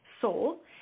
soul